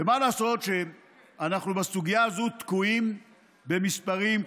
ומה לעשות שאנחנו בסוגיה הזו תקועים במספרים נוראיים,